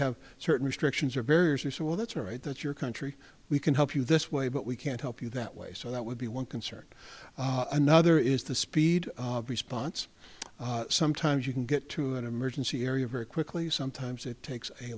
have certain restrictions are very are so well that's right that you're country we can help you this way but we can't help you that way so that would be one concern another is the speed response sometimes you can get to an emergency area very quickly sometimes it takes a